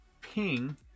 Ping